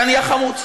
אתה נהיה חמוץ.